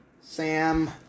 Sam